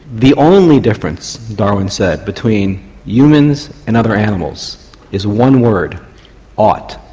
the only difference darwin said between humans and other animals is one word ought.